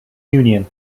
union